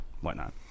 whatnot